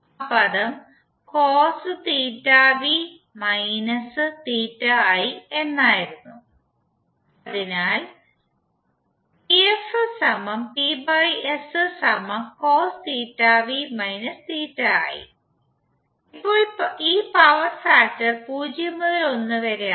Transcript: ആ പദം എന്നായിരുന്നു അതിനാൽ ഇപ്പോൾ ഈ പവർ ഫാക്ടർ 0 മുതൽ 1 വരെയാണ്